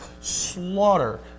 slaughter